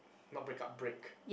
not break up break